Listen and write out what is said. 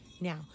Now